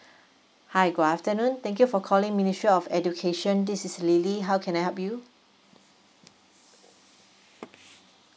hi good afternoon thank you for calling ministry of education this is lily how can I help you